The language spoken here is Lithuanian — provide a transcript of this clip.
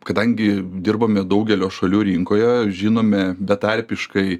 kadangi dirbame daugelio šalių rinkoje žinome betarpiškai